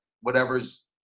whatever's